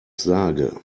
sage